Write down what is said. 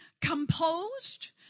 composed